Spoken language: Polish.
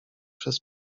przez